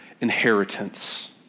inheritance